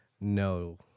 no